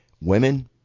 Women